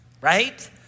Right